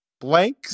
Blank